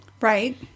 right